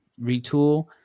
retool